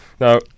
Now